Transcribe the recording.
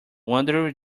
wandering